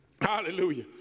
Hallelujah